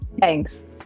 Thanks